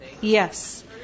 Yes